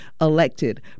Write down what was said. elected